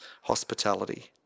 hospitality